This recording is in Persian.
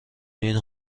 این